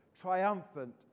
triumphant